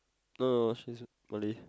no no no she's a Malay